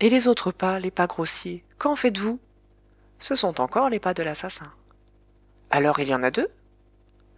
et les autres pas les pas grossiers qu'en faites-vous ce sont encore les pas de l'assassin alors il y en a deux